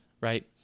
right